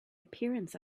appearance